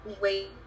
wait